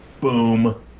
boom